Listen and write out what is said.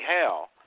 hell